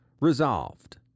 Resolved